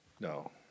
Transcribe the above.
No